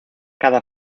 cada